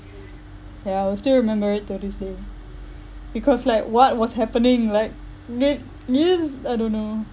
ya I will still remember it to this day because like what was happening like did you I don't know